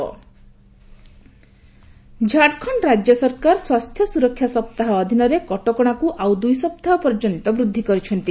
Jharkhand lockdown Jharkhand ରାଜ୍ୟସରକାର ସ୍ୱାସ୍ଥ୍ୟ ସୁରକ୍ଷା ସପ୍ତାହ ଅଧୀନରେ କଟକଣାକୁ ଆଉ ଦୁଇ ସପ୍ତାହ ପର୍ଯ୍ୟନ୍ତ ବୂଦ୍ଧି କରିଛନ୍ତି